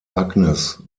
agnes